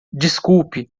desculpe